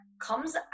comes